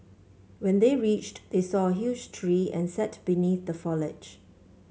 when they reached they saw a huge tree and sat beneath the foliage